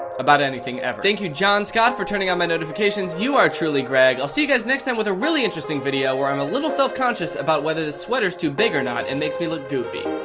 about anything ever. thank you john scott for turning on my notifications you are truly greg. i'll see you guys next time with a really interesting video where i'm a little self-conscious about whether the sweater's too big or not and makes me look goofy.